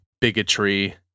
bigotry